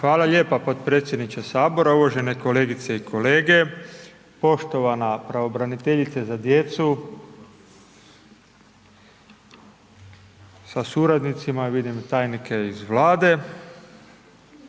Hvala lijepa potpredsjedniče Sabora, uvažene kolegice i kolege, poštovana pravobraniteljice za djecu sa suradnicima i vidim i tajnike iz Vlade.